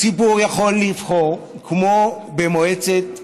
הציבור יכול לבחור כמו במועצת מנהלים.